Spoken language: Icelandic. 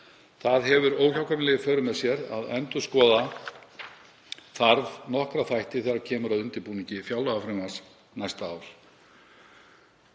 Það hefur óhjákvæmilega í för með sér að endurskoða þarf nokkra þætti þegar kemur að undirbúningi fjárlagafrumvarps næsta árs.